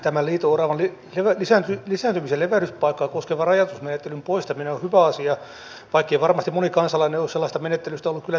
tämä liito oravan lisääntymis ja levähdyspaikkaa koskevan rajoitusmenettelyn poistaminen on hyvä asia vaikkei varmasti moni kansalainen ole sellaisesta menettelystä ollut kyllä tietoinenkaan